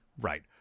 Right